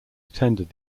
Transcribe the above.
attended